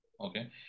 Okay